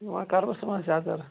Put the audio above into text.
یِمَن کرٕ بہٕ صُبحن سیٚزر